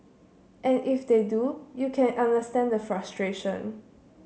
and if they do you can understand the frustration